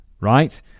right